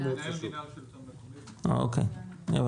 כן, כן.